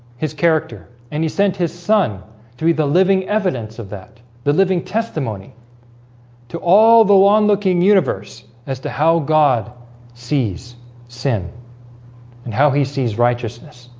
his character and he sent his son to be the living evidence of that the living testimony to all the long looking universe as to how god sees sin and how he sees righteousness